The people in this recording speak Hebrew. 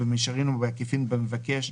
במישרין או בעקיפין במבקש,